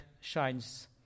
shines